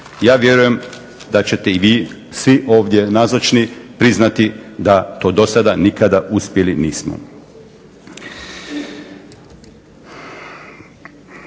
Ja vjerujem da ćete i vi svi ovdje nazočni priznati da to do sada nikada uspjeli nismo.